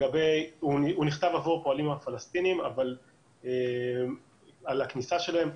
הוא נכתב עבור הפועלים הפלסטינים על הכניסה שלהם.